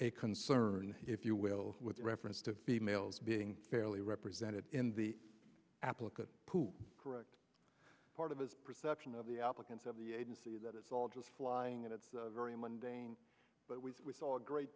a concern if you will with reference to females being fairly represented in the applicant pool correct part of his perception of the applicants of the agency that it's all just flying and it's very mundane but we saw a great